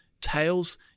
tails